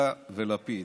אתה ולפיד,